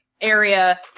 area